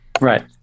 Right